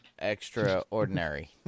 extraordinary